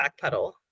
backpedal